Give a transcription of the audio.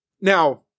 Now –